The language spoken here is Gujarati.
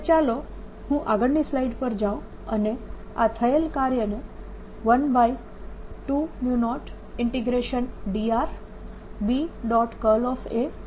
તો હવે ચાલો હું આગળની સ્લાઈડ પર જાઉં અને આ થયેલ કાર્યને 120dr B